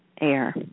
air